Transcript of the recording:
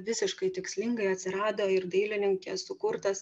visiškai tikslingai atsirado ir dailininkės sukurtas